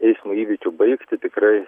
eismo įvykių baigtį tikrai